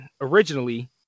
originally